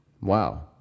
Wow